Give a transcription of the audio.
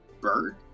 bird